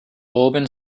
auburn